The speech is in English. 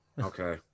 Okay